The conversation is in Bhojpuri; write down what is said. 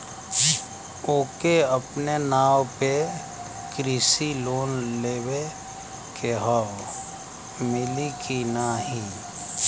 ओके अपने नाव पे कृषि लोन लेवे के हव मिली की ना ही?